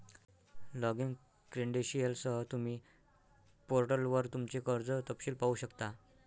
login क्रेडेंशियलसह, तुम्ही पोर्टलवर तुमचे कर्ज तपशील पाहू शकता